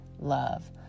love